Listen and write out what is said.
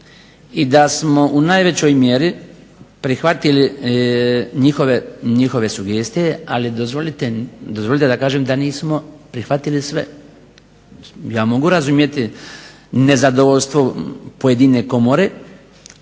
i da smo u najvećoj mjeri prihvatili njihove sugestije ali dozvolite da kažem da nismo prihvatili sve. Ja mogu razumjeti nezadovoljstvo pojedine komore,